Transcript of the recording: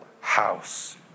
house